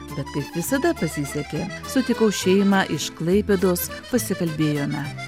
bet kaip visada pasisekė sutikau šeimą iš klaipėdos pasikalbėjome